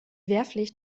wehrpflicht